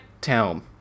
Town